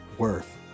worth